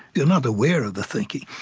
you are not aware of the thinking.